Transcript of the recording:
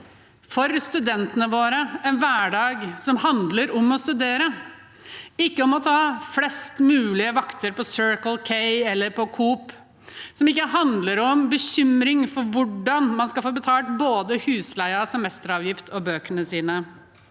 For studentene våre ønsker jeg meg en hverdag som handler om å studere, ikke om å ta flest mulig vakter på Circle K eller på Coop, og som ikke handler om bekymring for hvordan man skal få betalt både husleie, semesteravgift og bøkene sine.